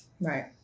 right